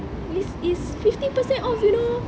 it's it's fifty percent off you know